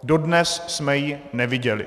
Dodnes jsme ji neviděli.